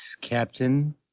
Captain